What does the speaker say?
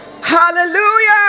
Hallelujah